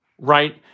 right